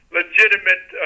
legitimate